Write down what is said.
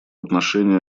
отношении